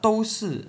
都是